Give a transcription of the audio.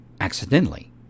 accidentally